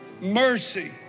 mercy